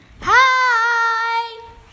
Hi